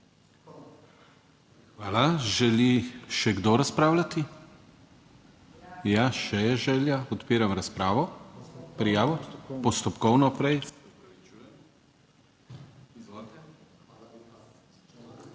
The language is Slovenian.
Hvala. Želi še kdo razpravljati? Ja, še je želja. Odpiram razpravo, prijavo. Postopkovno prej.